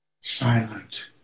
Silent